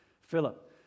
Philip